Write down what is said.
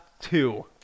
two